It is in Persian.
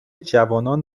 جوانان